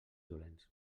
dolents